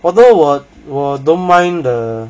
although 我我 don't mind the